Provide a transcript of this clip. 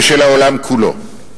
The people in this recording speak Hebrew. ושל העולם כולו.